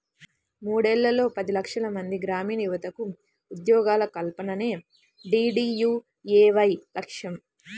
మూడేళ్లలో పది లక్షలమంది గ్రామీణయువతకు ఉద్యోగాల కల్పనే డీడీయూఏవై లక్ష్యం